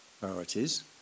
priorities